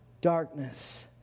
darkness